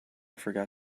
forgot